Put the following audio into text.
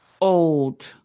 old